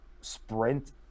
sprint